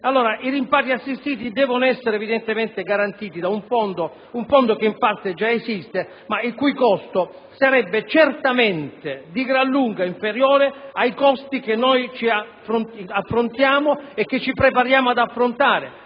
I rimpatri assistiti devono essere evidentemente garantiti da un fondo, che in parte già esiste e il cui costo sarebbe certamente di gran lunga inferiore ai costi che affrontiamo e che ci prepariamo ad affrontare: